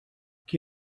qui